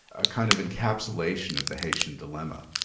a kind of encapsulation of the haitian dilemma,